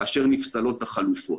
כאשר נפסלות החלופות.